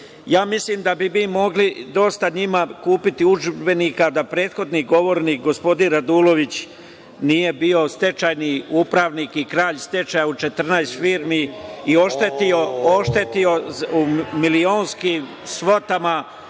Mislim da bi mi mogli njima kupiti dosta udžbenika da prethodni govornik, gospodin Radulović, nije bio stečajni upravnik i kraj stečaja u 14 firmi i oštetio u milionskim svotama